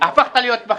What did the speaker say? הפכת להיות בכיר.